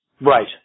Right